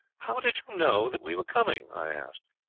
how did you know that we were coming i asked,